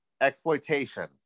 Exploitation